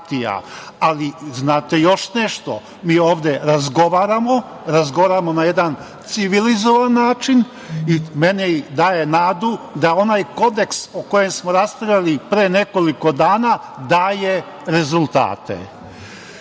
Ali, znate, još nešto, mi ovde razgovaramo, razgovaramo na jedan civilizovan način i meni daje nadu da onaj Kodeks o kojem smo raspravljali pre nekoliko dana daje rezultate. Ja